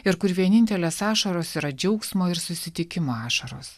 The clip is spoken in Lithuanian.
ir kur vienintelės ašaros yra džiaugsmo ir susitikimo ašaros